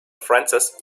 francis